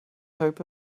hope